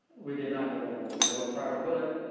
we did not go to war. we never fired a bullet.